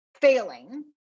failing